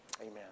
Amen